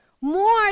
more